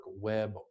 web